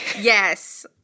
Yes